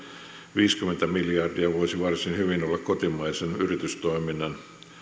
viisikymmentä miljardia voisi varsin hyvin olla kotimaisen yritystoiminnan